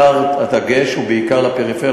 הדגש הוא בעיקר על הפריפריה,